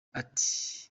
ati